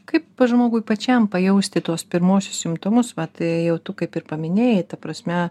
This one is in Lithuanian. kaip žmogui pačiam pajausti tuos pirmuosius simptomus vat jau tu kaip ir paminėjai ta prasme